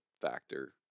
factor